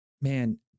Man